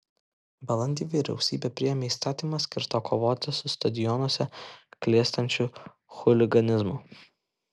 balandį vyriausybė priėmė įstatymą skirtą kovoti su stadionuose klestinčiu chuliganizmu